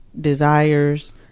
desires